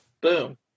Boom